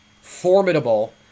formidable